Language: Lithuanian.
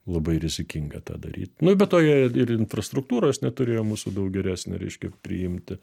labai rizikinga tą daryt nu be to jie ir infrastruktūros neturėjo mūsų daug geresnė reiškia priimti